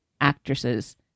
actresses